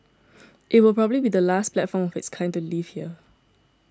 it will probably be the last platform of its kind to leave here